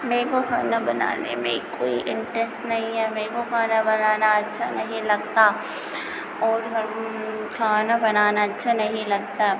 मे को खाना बनाने में कोई इंट्रेस नहीं है मेरे को खाना बनाना अच्छा नहीं लगता और हम खाना बनाना अच्छा नहीं लगता